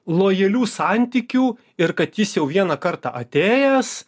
lojalių santykių ir kad jis jau vieną kartą atėjęs